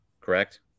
Correct